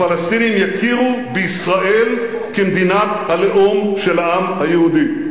הפלסטינים יכירו בישראל כמדינת הלאום של העם היהודי.